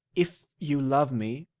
if you love me,